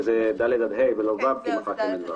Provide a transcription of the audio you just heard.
שזה (ד) עד (ה), ומחקנו את (ו).